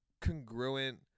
congruent